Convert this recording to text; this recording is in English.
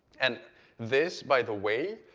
and this by the way